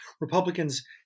Republicans